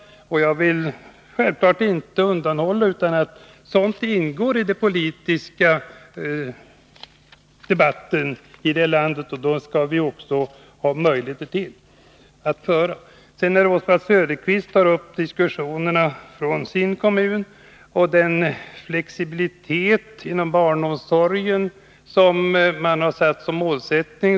Jag vill självfallet inte undanhålla kammaren detta, utan sådant ingår i den politiska debatten i det här landet. Då skall vi också ha möjligheter att föra den debatten. Oswald Söderqvist tar upp diskussionerna från sin kommun och den flexibilitet inom barnomsorgen som man har som målsättning.